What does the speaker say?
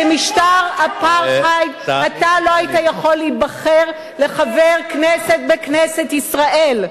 במשטר אפרטהייד אתה לא היית יכול להיבחר לחבר כנסת בכנסת ישראל.